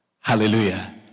Hallelujah